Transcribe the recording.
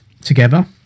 together